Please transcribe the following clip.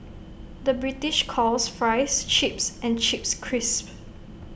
the British calls Fries Chips and chips crisp